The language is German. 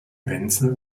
wenzel